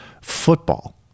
football